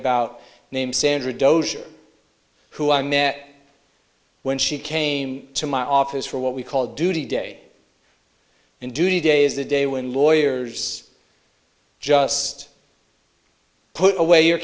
about named sandra dozier who i met when she came to my office for what we call duty day and duty day is the day when lawyers just put away your